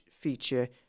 feature